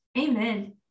Amen